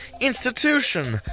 institution